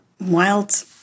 wild